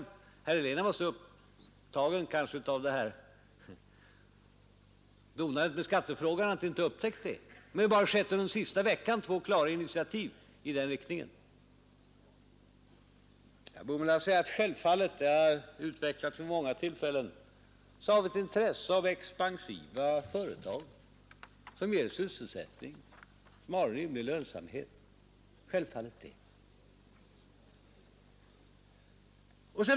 Herr Helén har kanske varit så upptagen av det här donandet med skattefrågan att han inte har upptäckt det, men bara under den senaste veckan har vi alltså tagit två klara initiativ i den här riktningen. Och naturligtvis — det har jag utvecklat vid många tillfällen — har vi ett intresse av expansiva företag, som ger sysselsättning, som har en rimlig lönsamhet.